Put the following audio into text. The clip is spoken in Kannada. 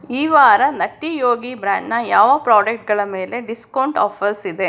ಈ ವಾರ ನಟ್ಟಿ ಯೋಗಿ ಬ್ರ್ಯಾಂಡ್ನ ಯಾವ ಪ್ರಾಡಕ್ಟ್ಗಳ ಮೇಲೆ ಡಿಸ್ಕೌಂಟ್ ಆಫರ್ಸ್ ಇದೆ